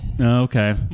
Okay